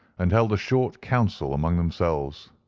and held a short council among themselves.